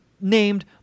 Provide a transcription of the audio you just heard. named